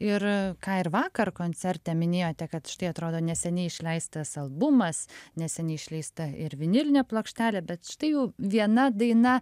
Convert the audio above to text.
ir ką ir vakar koncerte minėjote kad štai atrodo neseniai išleistas albumas neseniai išleista ir vinilinė plokštelė bet štai jau viena daina